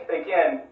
again